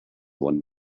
one